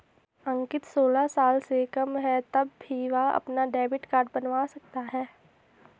अंकित सोलह साल से कम है तब भी वह अपना डेबिट कार्ड बनवा सकता है